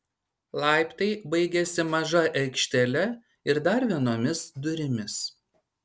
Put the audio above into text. laiptai baigiasi maža aikštele ir dar vienomis durimis